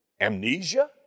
amnesia